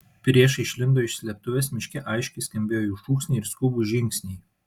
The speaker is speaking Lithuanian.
priešai išlindo iš slėptuvės miške aiškiai skambėjo jų šūksniai ir skubūs žingsniai